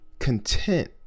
content